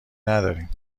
نداریم